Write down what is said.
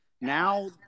now